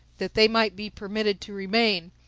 that they might be permitted to remain,